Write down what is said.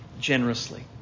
generously